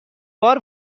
بار